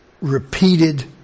repeated